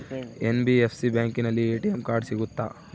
NBFC ಬ್ಯಾಂಕಿನಲ್ಲಿ ATM card ಸಿಗುತ್ತಾ?